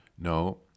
No